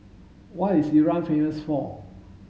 what is Iran famous for